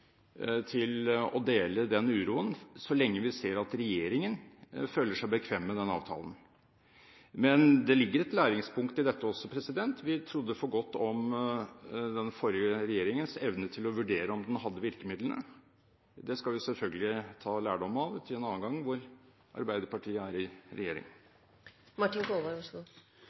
til å dele den uroen så lenge vi ser at regjeringen føler seg bekvem med avtalen. Men det ligger et læringspunkt i dette også. Vi trodde for godt om den forrige regjeringens evne til å vurdere om den hadde virkemidlene. Det skal vi selvfølgelig ta lærdom av til en annen gang Arbeiderpartiet er i